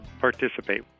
participate